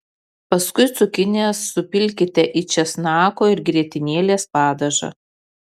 paskui cukinijas supilkite į česnako ir grietinėlės padažą